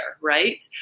Right